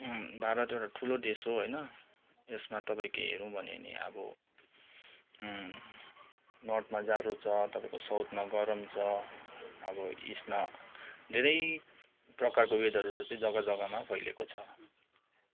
भारत एउटा ठुलो देश हो होइन यसमा तपाईँको हेरौँ भने नि अब नर्थमा जाडो छ तपाईँको साउथमा गरम छ अब इस्टमा धेरै प्रकारको वेदरहरू चाहिँ जग्गा जग्गामा फैलिएको छ